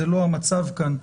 זה לא המצב כאן,